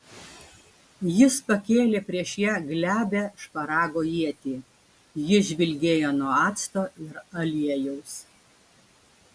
jis pakėlė prieš ją glebią šparago ietį ji žvilgėjo nuo acto ir aliejaus